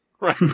right